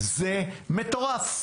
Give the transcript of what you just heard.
זה מטורף.